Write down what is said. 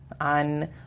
on